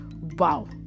wow